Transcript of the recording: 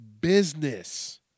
business